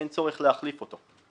אין צורך להחליף את הפיגום.